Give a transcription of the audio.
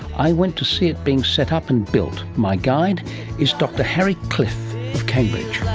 i went to see it being set up and built. my guide is dr harry cliff of cambridge.